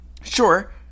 Sure